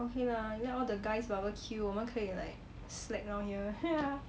okay lah get all the guys barbecue 我们可以 like slack down here